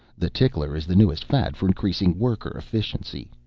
the tickler is the newest fad for increasing worker efficiency.